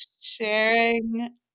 sharing